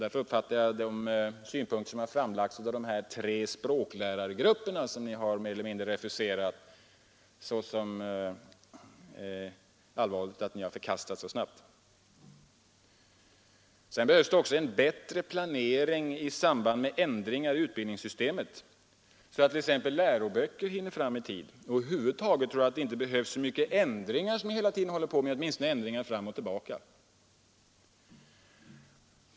Därför uppfattar jag det som allvarligt att Ni så snabbt förkastat de synpunkter som har framförts av de här språklärargrupperna — dessa synpunkter har Ni ju mer eller mindre refuserat. Det behövs också en bättre planering i samband med ändringar i utbildningssystemet, så att t.ex. läroböcker hinner fram i tid. Över huvud taget tror jag att det inte är nödvändigt med så mycket ändringar som Ni hela tiden håller på med — åtminstone inte ändringar fram och tillbaka.